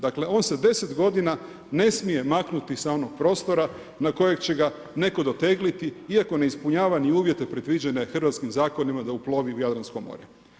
Dakle, on se 10 godina ne smije maknuti sa onog prostora na kojeg će ga netko dotegliti iako ne ispunjava ni uvjete predviđene hrvatskim zakonima da uplovi u Jadransko more.